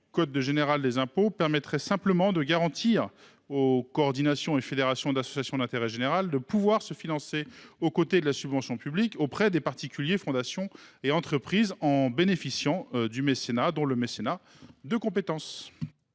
du code général des impôts permettraient simplement de garantir aux coordinations et fédérations d’associations d’intérêt général une capacité à se financer, au delà de la subvention publique, auprès des particuliers, fondations et entreprises en bénéficiant du mécénat, dont le mécénat de compétences.